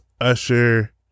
Usher